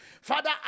Father